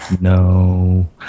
No